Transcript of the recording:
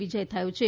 વિજય થયો છે